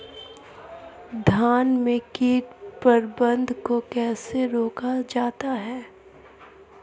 धान में कीट प्रबंधन को कैसे रोका जाता है?